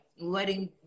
letting